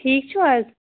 ٹھیٖک چھُو حظ